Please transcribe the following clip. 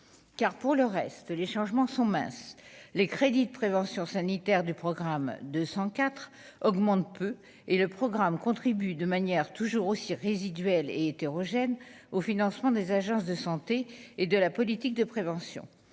car pour le reste, les changements sont minces, les crédits de prévention sanitaire du programme 204 augmentent peu et le programme contribue de manière toujours aussi résiduel et hétérogène au financement des agences de santé et de la politique de prévention